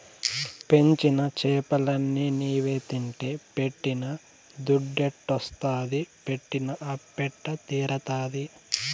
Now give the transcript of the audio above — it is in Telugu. పెంచిన చేపలన్ని నీవే తింటే పెట్టిన దుద్దెట్టొస్తాది పెట్టిన అప్పెట్ట తీరతాది